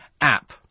app